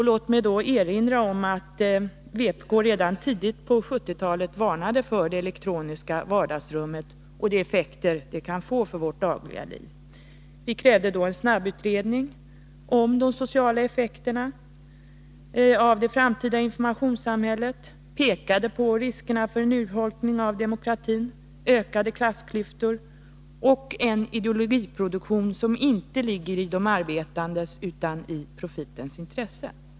Låt mig erinra om att vpk redan tidigt på 1970-talet varnade för det ”elektroniska vardagsrummet” och de effekter det kan få för vårt dagliga liv. Vi krävde en snabbutredning om vilka sociala effekter det framtida informationssamhället skulle få och pekade på riskerna för en urholkning av demokratin, ökade klassklyftor och en ideologiproduktion som inte ligger i de arbetandes utan i profitens intresse.